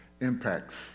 impacts